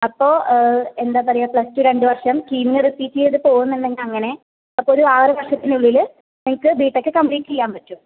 അപ്പോൾ എന്താ പറയുക പ്ലസ് ടു രണ്ടുവർഷം കീം ചെയ്ത് പോകുന്നുണ്ടെങ്കിൽ അങ്ങനെ അപ്പോൾ ഒരു ആറുവർഷത്തിനുള്ളില് നിങ്ങൾക്ക് ബിടെക്ക് കമ്പ്ലീറ്റ് ചെയ്യാൻ പറ്റും